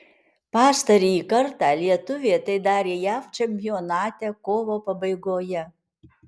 pastarąjį kartą lietuvė tai darė jav čempionate kovo pabaigoje